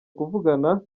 kuvugana